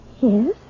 Yes